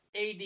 AD